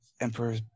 Emperor